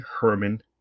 Herman